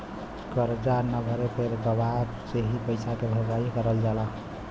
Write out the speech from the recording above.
करजा न भरे पे गवाह से ही पइसा के भरपाई कईल जाला